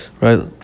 right